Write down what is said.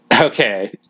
Okay